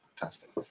fantastic